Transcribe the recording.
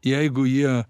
jeigu jie